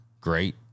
great